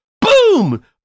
Boom